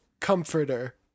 Comforter